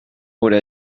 would